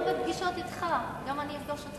וגם בפגישות אתך, אני גם אפגוש אותך.